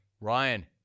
Ryan